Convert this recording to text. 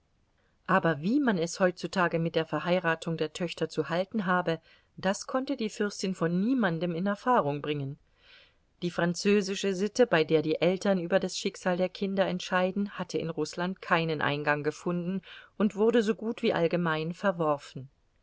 aber wie man es heutzutage mit der verheiratung der töchter zu halten habe das konnte die fürstin von niemandem in erfahrung bringen die französische sitte bei der die eltern über das schicksal der kinder entscheiden hatte in rußland keinen eingang gefunden und wurde so gut wie allgemein verworfen